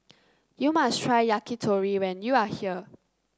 you must try Yakitori when you are here